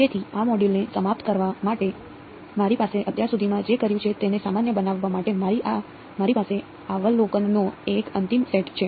તેથી આ મોડ્યુલને સમાપ્ત કરવા માટે મારી પાસે અત્યાર સુધીમાં જે કર્યું છે તેને સામાન્ય બનાવવા માટે મારી પાસે અવલોકનોનો એક અંતિમ સેટ છે